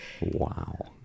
wow